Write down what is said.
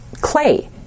clay